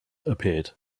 appeared